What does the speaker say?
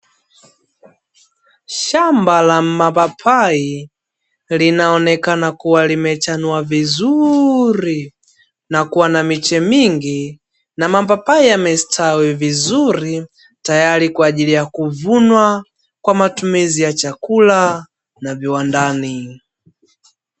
Shamba la mapapai linaonekana kuwa limechanua vizuri na kuwa na miche mingi, na mapapai yamestawi vizuri tayari kwa ajili ya kuvunwa kwa matumizi ya chakula na viwandani.